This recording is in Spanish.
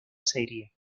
serie